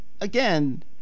Again